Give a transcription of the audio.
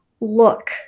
look